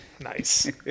Nice